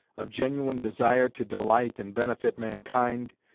of genuine desire to delight and benefit mankind,